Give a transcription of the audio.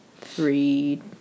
three